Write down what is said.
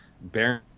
baron